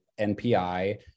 NPI